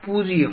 பூஜ்யம்